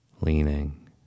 leaning